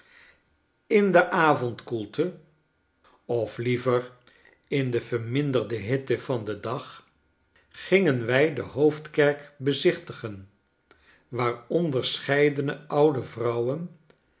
in de avondkoelte of liever in de verminderde hitte van den dag gingen wij de hoofdkerk bezichtigen waar onderscheidene oude vrouwen